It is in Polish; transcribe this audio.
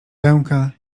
pęka